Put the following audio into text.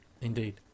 Indeed